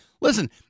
listen